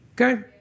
Okay